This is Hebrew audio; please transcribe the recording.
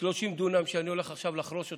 30 דונם שאני הולך עכשיו לחרוש אותם,